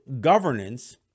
governance